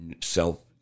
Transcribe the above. self